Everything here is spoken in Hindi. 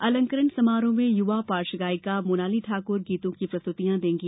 अलंकरण समारोह में युवा पार्ष्य गायिका मोनाली ठाकुर गीतों की प्रस्तुतियां देगी